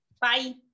bye